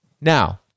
Now